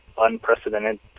unprecedented